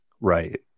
right